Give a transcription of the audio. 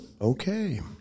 Okay